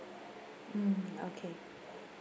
mm okay